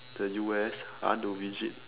the U_S I want to visit